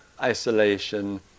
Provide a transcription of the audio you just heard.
isolation